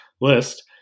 list